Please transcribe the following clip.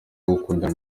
gukundana